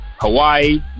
Hawaii